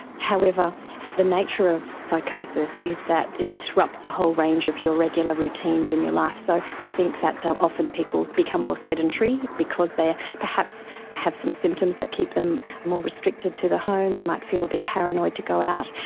however the nature of psychosis is that it disrupts a whole range of your regular routines in your life, so i think that often people become more sedentary because they perhaps have some symptoms that keep them more restricted to the home. they might feel a bit paranoid to go out,